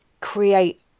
create